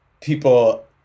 people